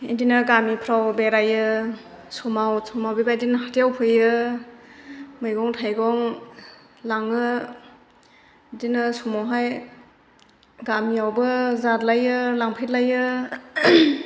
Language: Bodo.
बिदिनो गामिफ्राव बेरायो समाव समाव बेबादिनो हाथायाव फैयो मैगं थाइगं लाङो बिदिनो समावहाय गामियावबो जालायो लांफैलायो